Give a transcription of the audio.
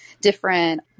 different